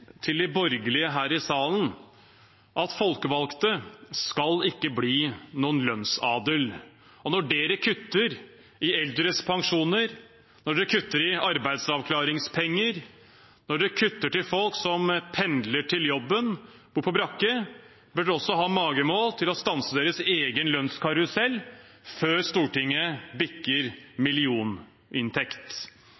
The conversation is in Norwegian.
til de borgerlige her i salen at folkevalgte ikke skal bli noen lønnsadel. Når de kutter i eldres pensjoner, når de kutter i arbeidsavklaringspenger, når de kutter til folk som pendler til jobben eller bor på brakke, bør de også ha magemål til å stanse sin egen lønnskarusell før Stortinget bikker